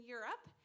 Europe